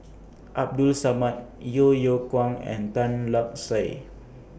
Abdul Samad Yeo Yeow Kwang and Tan Lark Sye